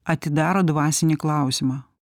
atidaro dvasinį klausimą